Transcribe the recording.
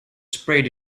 sprayed